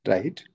Right